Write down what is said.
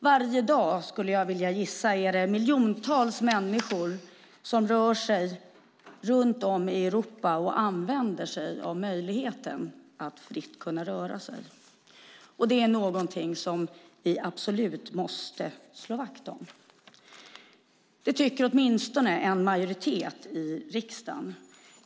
Varje dag, skulle jag gissa, använder sig miljontals människor runt om i Europa av möjligheten att fritt kunna röra sig. Den fria rörligheten är något som vi absolut måste slå vakt om. Det tycker åtminstone en majoritet i riksdagen.